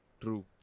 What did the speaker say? True